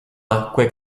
acque